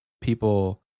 people